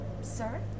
sir